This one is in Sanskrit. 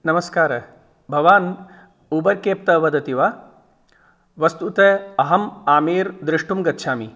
नमस्कारः भवान् ऊबर् केब् तः वदति वा वस्तुतः अहं आमेर् द्रष्टुं गच्छामि